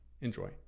Enjoy